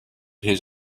his